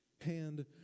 hand